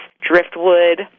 driftwood